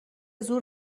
زور